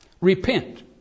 repent